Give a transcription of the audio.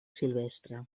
silvestre